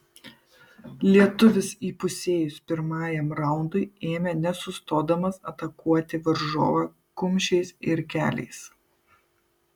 lietuvis įpusėjus pirmajam raundui ėmė nesustodamas atakuoti varžovą kumščiais ir keliais